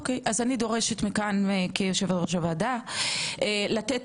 אז אני דורשת כיושבת-ראש הוועדה לתת